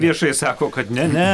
viešai sako kad ne ne